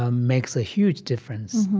ah makes a huge difference.